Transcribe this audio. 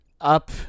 up